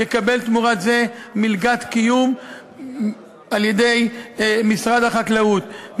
ויקבל תמורת זה מלגת קיום ממשרד החקלאות,